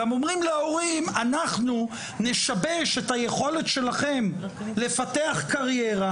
גם אומרים להורים אנחנו נשבש את היכולת שלכם לפתח קריירה,